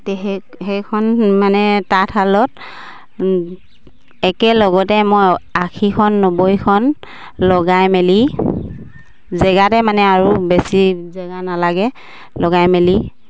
সেই সেইখন মানে তাঁতশালত একেলগতে মই আশীখন নব্বৈখন লগাই মেলি জেগাতে মানে আৰু বেছি জেগা নালাগে লগাই মেলি